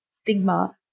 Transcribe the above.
stigma